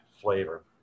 flavor